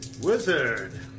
Wizard